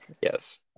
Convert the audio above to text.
yes